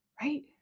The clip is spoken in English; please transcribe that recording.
right